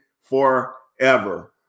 forever